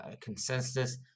Consensus